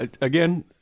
Again